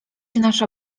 nasza